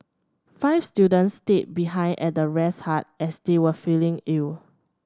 five students stayed behind at the rest hut as they were feeling ill